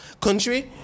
country